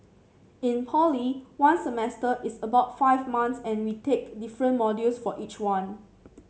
in poly one semester is about five months and we take different modules for each one